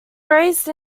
raised